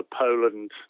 Poland